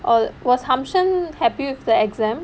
or was hum chin happy with the exam